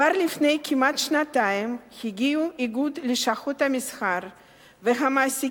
כבר לפני כמעט שנתיים הגיעו איגוד לשכות המסחר והמעסיקים,